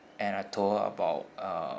and I told about uh